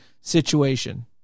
situation